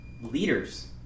leaders